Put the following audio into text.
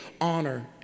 honor